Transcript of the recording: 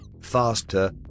faster